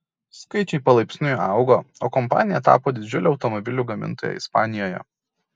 skaičiai palaipsniui augo o kompanija tapo didžiule automobilių gamintoja ispanijoje